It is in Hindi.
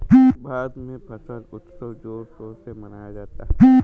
भारत में फसल उत्सव जोर शोर से मनाया जाता है